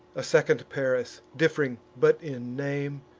a second paris, diff'ring but in name,